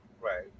Right